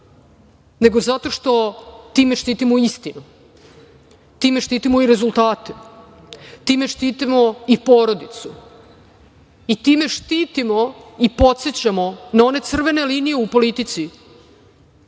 nego zato što time štitimo istinu, time štitimo i rezultate, time štitimo i porodicu, i time štitimo i podsećamo na one crvene linije u politici